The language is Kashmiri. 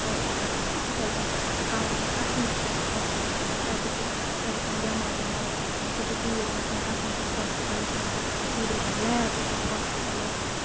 ہوسپِٹل یِتھٕے کَنۍ چھِ اَسہِ کَسنہٕ تہِ چھُ اسہِ ہوسپِٹل اَگر تَتیُک اَگر تَتہِ کانہہ بیمار ویمار چھُ گژھان سُہ چھُ توٗرۍ گژھان کَسنہٕ کِس ہوسپِٹلَس منٛز تَتہِ چھِ اَسہِ نیبرٕ کَنہِ لیب تہِ تَتھ ہوسپِٹلَس